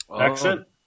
accent